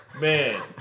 Man